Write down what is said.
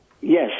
yes